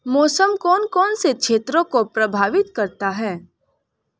मौसम कौन कौन से क्षेत्रों को प्रभावित करता है?